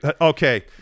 Okay